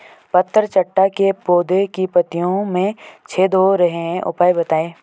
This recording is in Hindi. पत्थर चट्टा के पौधें की पत्तियों में छेद हो रहे हैं उपाय बताएं?